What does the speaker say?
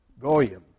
Goyim